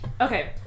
Okay